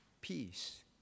peace